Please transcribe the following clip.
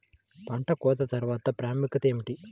పంట కోత తర్వాత ప్రాముఖ్యత ఏమిటీ?